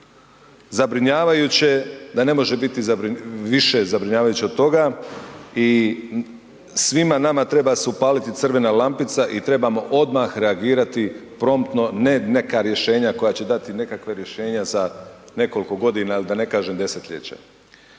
Zabrinjavajuće da ne može biti više zabrinjavajuće od toga i svima nama treba se upaliti crvena lampica i trebamo odmah reagirati promptno, ne neka rješenja koja će dati nekakva rješenja za nekoliko godina ili da ne kažem desetljeća.